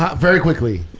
ah very quickly,